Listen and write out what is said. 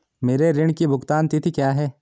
मेरे ऋण की भुगतान तिथि क्या है?